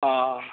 অ